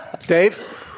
Dave